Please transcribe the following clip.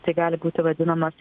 tai gali būti vadinamas